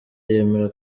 yemera